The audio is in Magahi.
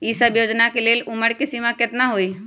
ई सब योजना के लेल उमर के सीमा केतना हई?